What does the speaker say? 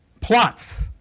Plots